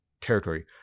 territory